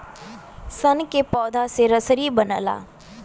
सन के पौधा से रसरी बनला